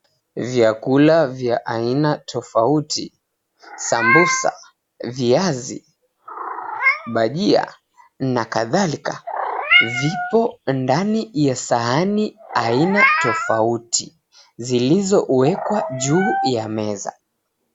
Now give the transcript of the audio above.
Vyakula vya aina tofauti, sambusa, viazi, bajia na kadhalika vipo ndani ya sahani aina tofauti, zilizowekwa juu ya meza.